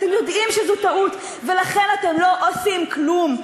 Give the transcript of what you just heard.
אתם יודעים שזו טעות, ולכן אתם לא עושים כלום.